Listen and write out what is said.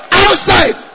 outside